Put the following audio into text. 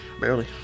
Barely